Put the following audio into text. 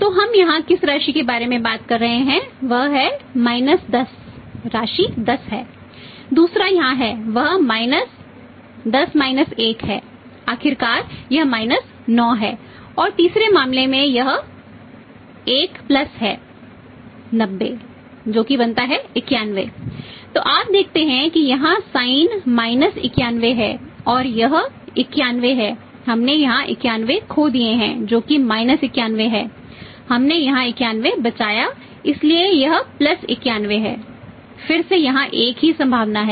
तो हम यहाँ किस राशि के बारे में बात कर रहे हैं वह है माइनस 91 है फिर से यहां एक ही संभावना है